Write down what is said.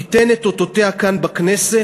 תיתן אותותיה כאן בכנסת,